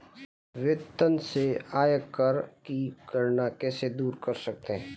वेतन से आयकर की गणना कैसे दूर कर सकते है?